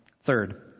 Third